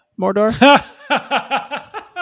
Mordor